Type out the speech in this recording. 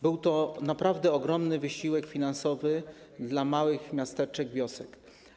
Był to naprawdę ogromny wysiłek finansowy dla małych miasteczek, wiosek.